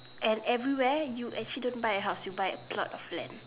and everywhere you actually don't a house you buy a plot of land